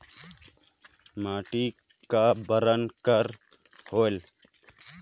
माटी का बरन कर होयल?